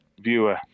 viewer